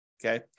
Okay